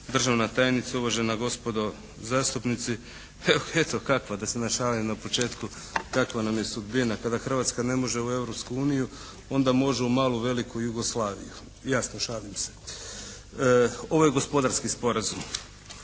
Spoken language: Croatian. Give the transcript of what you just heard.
državna tajnice, uvažena gospodo zastupnici eto kakva, da se našalim na početku, kakva nam je sudbina. Kada Hrvatska ne može u Europsku uniju onda može u malu i veliku Jugoslaviju. Jasno šalim se. Ovo je gospodarski sporazum.